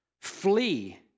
flee